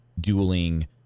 dueling